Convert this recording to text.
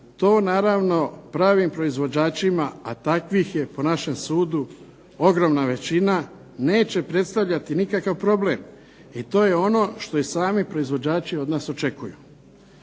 To naravno pravim proizvođačima, a takvih je po našem sudu ogromna većina, neće predstavljati nikakav problem, i to je ono što i sami proizvođači od nas očekuju.